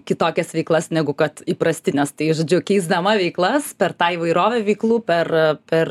kitokias veiklas negu kad įprastines tai žodžiu keisdama veiklas per tą įvairovę veiklų per per